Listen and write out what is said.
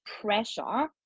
pressure